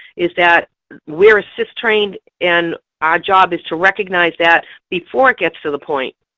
is that we're assist trained, and our job is to recognize that before it gets to the point